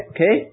Okay